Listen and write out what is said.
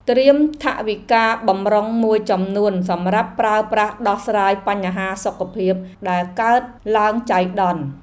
ត្រៀមថវិកាបម្រុងមួយចំនួនសម្រាប់ប្រើប្រាស់ដោះស្រាយបញ្ហាសុខភាពដែលកើតឡើងចៃដន្យ។